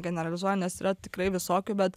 generalizuoju nes yra tikrai visokių bet